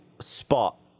spot